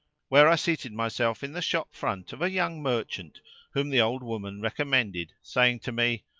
where i seated myself in the shop front of a young merchant whom the old woman recommended, saying to me,